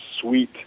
sweet